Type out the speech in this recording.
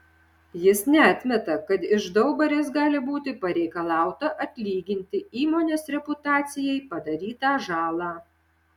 jis neatmeta kad iš daubarės gali būti pareikalauta atlyginti įmonės reputacijai padarytą žalą